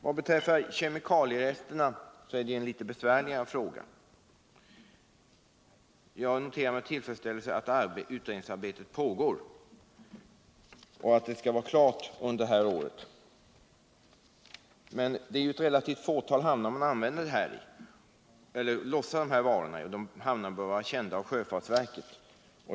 Problemen med kemikalieresterna utgör en något besvärligare fråga. Jag noterar med tillfredsställelse att utredningsarbetet pågår och att det beräknas vara klart under detta år. Det rör sig om ett relativt fåtal hamnar, där man lossar varor som innehåller giftiga kemikalier, och dessa bör således vara kända av sjöfartsverket.